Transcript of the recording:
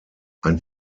ein